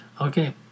Okay